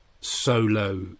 solo